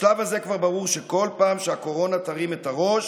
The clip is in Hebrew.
בשלב הזה כבר ברור שבכל פעם שהקורונה תרים את הראש